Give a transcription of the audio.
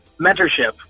Mentorship